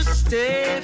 stay